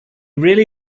really